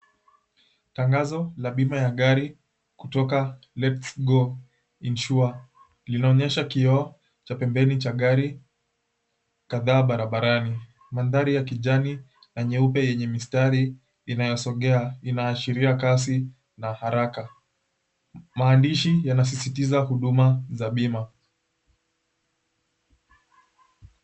Tangazo ya bima ya gari kutoka Lets Go Insure linaonyesha kioo cha pembeni cha gari kadhaa barabarani. Mandhari ya kijani na nyeupe yenye mistari inayosogea inaashiria kasi na haraka. Maandishi yanasisitiza huduma za bima.